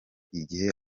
igihe